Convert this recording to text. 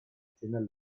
tienen